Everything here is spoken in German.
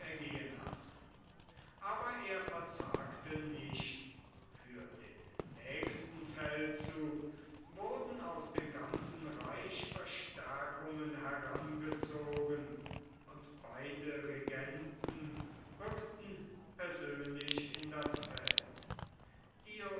ergehen lassen aber er verzagte nicht für den nächsten feldzug wurden aus dem ganzen reich verstärkungen herangezogen und beide regenten rückten persönlich in das feld